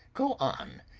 go on!